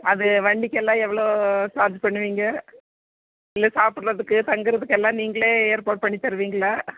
அது வண்டிக்கெல்லாம் எவ்வளோ சார்ஜ் பண்ணுவீங்க இல்லை சாப்புடுறதுக்கு தங்குறதுக்கெல்லாம் நீங்களே ஏற்பாடு பண்ணி தருவீங்களா